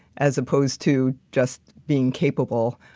as opposed to just being capable,